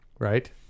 Right